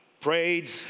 prayed